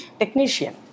technician